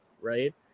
right